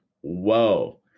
Whoa